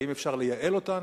האם אפשר לייעל אותן,